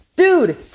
Dude